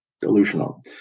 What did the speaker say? delusional